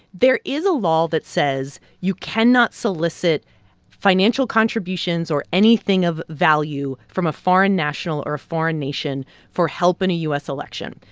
there is a law that says you cannot solicit financial contributions or anything of value from a foreign national or a foreign nation for help in a u s. election.